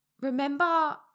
Remember